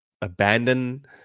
abandon